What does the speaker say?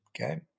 okay